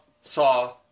Saw